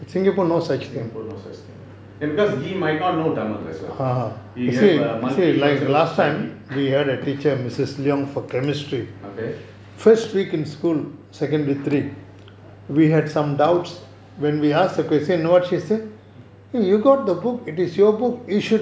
singapore no such thing ya because he might not know tamil ah we have a multicultural society okay